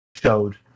showed